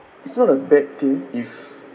it's not a bad thing if